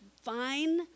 fine